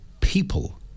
people